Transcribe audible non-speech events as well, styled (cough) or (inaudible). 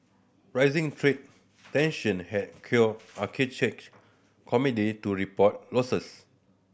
rising trade tension have cure (unintelligible) commodity to report losses